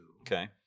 okay